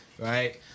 right